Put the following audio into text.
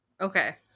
Okay